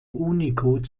unicode